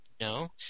no